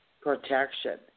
protection